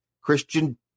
Christian